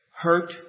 hurt